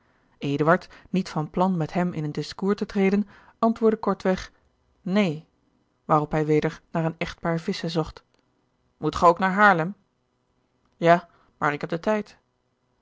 niet van plan met hem in een discours te treden antwoordde kortweg neen waarop hij weder naar een echtpaar visschen zocht moet ge ook naar haarlem ja maar ik heb den tijd